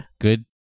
good